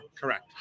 Correct